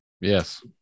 Yes